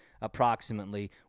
approximately